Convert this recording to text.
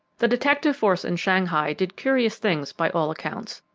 the detective force in shanghai did curious things by all accounts,